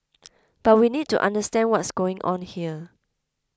but we need to understand what's going on here